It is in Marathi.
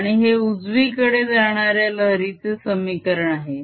आणि हे उजवीकडे जाणाऱ्या लहरीचे समीकरण आहे